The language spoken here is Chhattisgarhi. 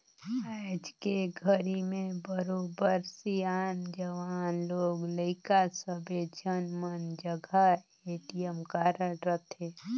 आयज के घरी में बरोबर सियान, जवान, लोग लइका सब्बे झन मन जघा ए.टी.एम कारड रथे